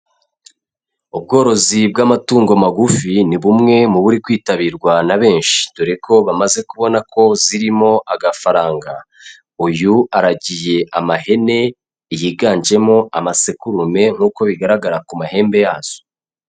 Ubworozi bw'amatungo magufi ni bumwe mu buri kwitabirwa na benshi, dore ko bamaze kubona ko zirimo agafaranga. Uyu aragiye amahene yiganjemo amasekurume nk'uko bigaragara ku mahembe yazo.